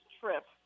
trip